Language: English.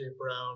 Brown